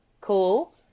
cool